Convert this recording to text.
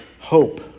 hope